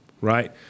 Right